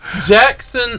Jackson